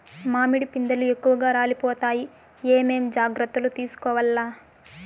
మామిడి పిందెలు ఎక్కువగా రాలిపోతాయి ఏమేం జాగ్రత్తలు తీసుకోవల్ల?